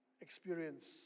experience